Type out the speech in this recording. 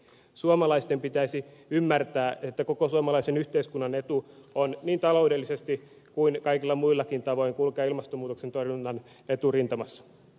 suomalaisten pitäisi ymmärtää että koko suomalaisen yhteiskunnan etu on niin taloudellisesti kuin kaikilla muillakin tavoin kulkea ilmastomuutoksen torjunnan eturintamassa